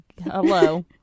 hello